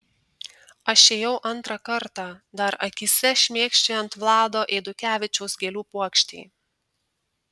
aš ėjau antrą kartą dar akyse šmėkščiojant vlado eidukevičiaus gėlių puokštei